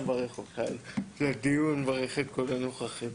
על הדיון ומברך את כל הנוכחים.